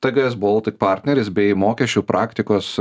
tgs baltic partneris bei mokesčių praktikos